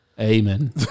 Amen